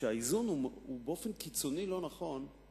כשהאיזון הוא באופן קיצוני לא נכון,